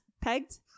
pegged